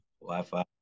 Wi-Fi